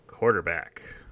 Quarterback